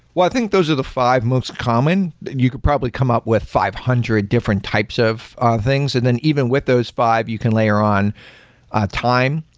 think those are the five most common. you could probably come up with five hundred different types of things, and then even with those five, you can layer on ah time.